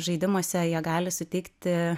žaidimuose jie gali suteikti